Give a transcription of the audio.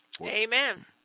Amen